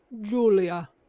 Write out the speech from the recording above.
Julia